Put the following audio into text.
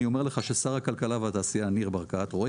אני אומר לך ששר הכלכלה והתעשייה ניר ברקת רואה